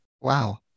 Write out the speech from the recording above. Wow